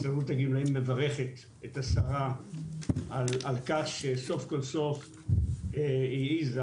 הסתדרות הגמלאים מברכת את השרה על כך שסוף-סוף היא העיזה